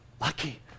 lucky